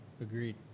Agreed